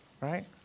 Right